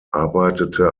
arbeitete